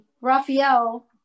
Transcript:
Raphael